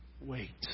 Wait